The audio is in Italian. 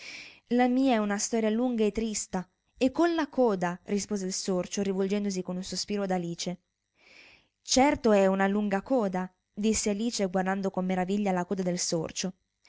la mia è una storia lunga e trista e con la coda rispose il sorcio rivolgendosi con un sospiro ad alice certo è una lunga coda disse alice guardando con meraviglia alla coda del sorcio